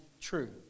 true